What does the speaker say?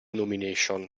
nomination